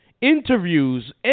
interviews